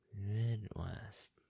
Midwest